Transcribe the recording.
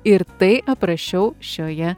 ir tai aprašiau šioje